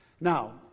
Now